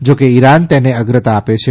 જોકે ઈરાન તેને અગ્રતા આપે છે